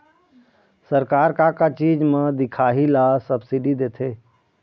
सरकार का का चीज म दिखाही ला सब्सिडी देथे?